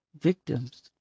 victims